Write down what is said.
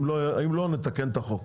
אם לא, נתקן את החוק